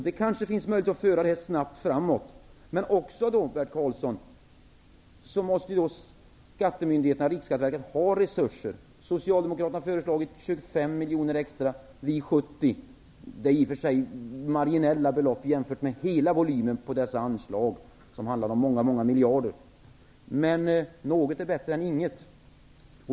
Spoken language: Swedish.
Det finns därför kanske möjlighet att föra detta snabbt framåt. Men då måste, Bert Karlsson, skattemyndigheterna, Riksskatteverket, ha resurser. Socialdemokraterna har föreslagit 25 miljoner extra. Vi har föreslagit 70 miljoner. Det är i för sig marginella belopp jämfört med hela volymen på dessa anslag, som handlar om många miljarder. Men något är bättre än inget.